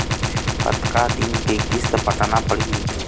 कतका दिन के किस्त पटाना पड़ही?